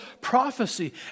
prophecy